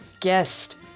guest